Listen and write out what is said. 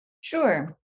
Sure